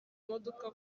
imodoka